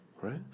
right